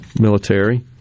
military